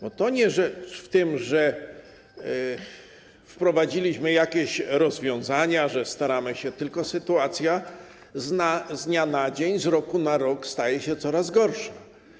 Bo rzecz nie w tym, że wprowadziliśmy jakieś rozwiązania, że staramy się, tylko sytuacja z dnia na dzień, z roku na rok staje się coraz gorsza.